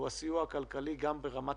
ובסיוע הכלכלי ברמת